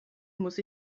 muss